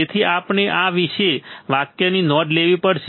તેથી તમારે આ વિશેષ વાક્યની નોંધ લેવી પડશે